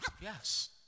yes